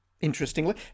Interestingly